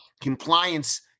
compliance